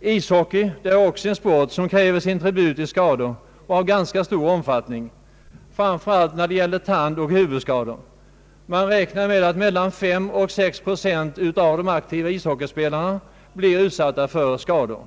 Ishockey är också en sport som kräver sin tribut i skador av ganska stor omfattning, framför allt tandoch huvudskador. Man räknar med att mellan fem och sex procent av de aktiva ishockeyspelarna blir utsatta för skador.